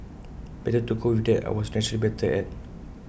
better to go with what I was naturally better at